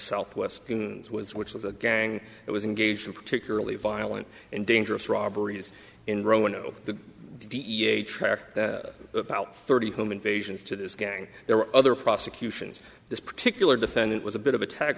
southwest which was a gang it was engaged in particularly violent and dangerous robberies in roanoke the d e a tractor about thirty home invasions to this gang there were other prosecutions this particular defendant was a bit of a ta